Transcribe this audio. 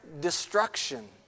destruction